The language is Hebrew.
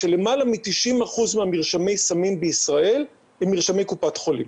שלמעלה מ-90% ממרשמי הסמים בישראל הם מרשמי קופת חולים